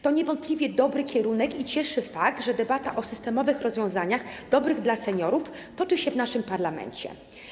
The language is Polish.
To niewątpliwie dobry kierunek i cieszy fakt, że debata o systemowych rozwiązaniach, dobrych dla seniorów, toczy się w naszym parlamencie.